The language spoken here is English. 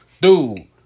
Dude